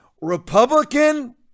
Republican